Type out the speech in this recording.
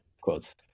Quotes